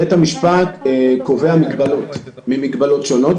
בית המשפט קובע מגבלות שונות,